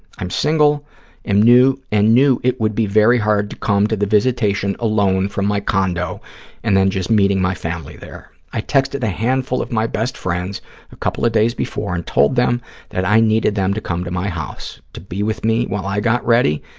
i'm single and knew and knew it would be very hard to come to the visitation alone from my condo and then just meeting my family there. i texted a handful of my best friends a couple of days before and told them that i needed them to come to my house to be with me while i got ready,